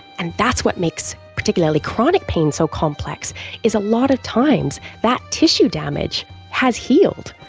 and that's what makes particularly chronic pain so complex is a lot of times that tissue damage has healed.